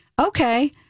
Okay